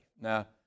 Now